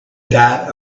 diet